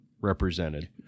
represented